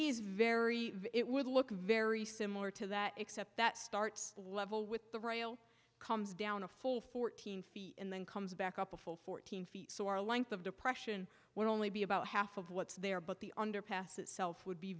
easy very it would look very similar to that except that starts the level with the rail comes down a full fourteen feet and then comes back up a full fourteen feet so our length of depression would only be about half of what's there but the underpass itself would be